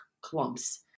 clumps